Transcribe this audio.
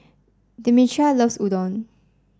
Demetria loves Udon